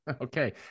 Okay